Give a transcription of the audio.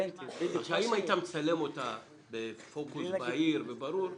אם היית מצלם אותה בפוקוס בהיר וברור,